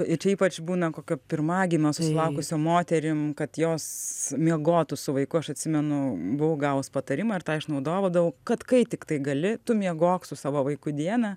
ir čia ypač būna kokio pirmagimio susilaukusiom moterim kad jos miegotų su vaiku aš atsimenu buvau gavus patarimą ir tą aš naudodavau kad kai tiktai gali tu miegok su savo vaiku dieną